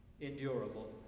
endurable